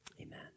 Amen